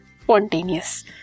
Spontaneous